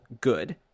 Good